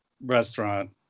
restaurant